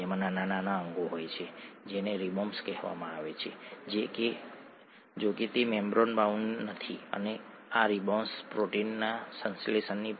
તેથી તેને એકમોમાં ઊર્જાની જરૂર પડે છે જેનો તે સીધો ઉપયોગ કરી શકે ખરું ને